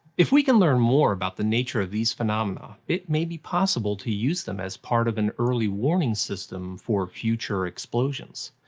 if we can learn more about the nature of these phenomena, it may be possible to use them as part of an early-warning system for future explosions.